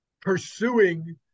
pursuing